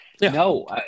No